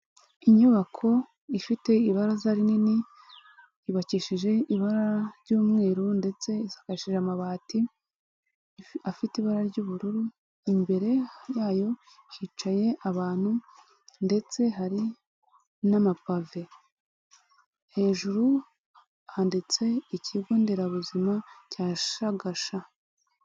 Inyubako ifite ibaraza rinini yubakishije ibara ry'umweru ndetse isakarishije amabati afite ibara ry'ubururu, imbere yayo hicaye abantu ndetse hari n'amapave, hejuru handitse ikigo nderabuzima cya Shagasha.